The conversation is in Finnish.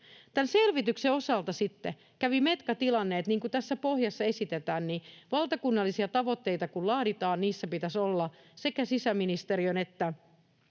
Tämän selvityksen osalta sitten kävi metka tilanne, että niin kuin tässä pohjassa esitetään, valtakunnallisia tavoitteita kun laaditaan, niissä pitäisi olla sekä sisäministeriön että